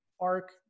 arc